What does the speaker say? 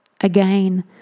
again